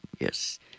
yes